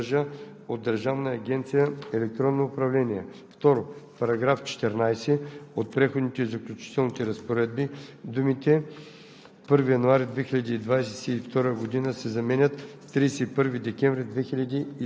създава се ал. 7: „(7) Центърът по ал. 2 се изгражда и поддържа от Държавна агенция „Електронно управление“.“ 2. В параграф 14 от преходните и заключителните разпоредби думите